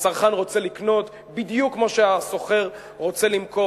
הצרכן רוצה לקנות בדיוק כמו שהסוחר רוצה למכור.